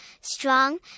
strong